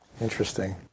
Interesting